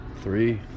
three